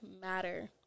matter